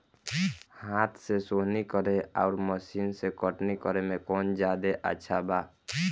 हाथ से सोहनी करे आउर मशीन से कटनी करे मे कौन जादे अच्छा बा?